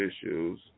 issues